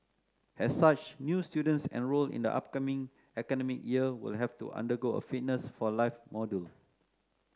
as such new students enrolled in the upcoming academic year will have to undergo a Fitness for life module